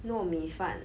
糯米饭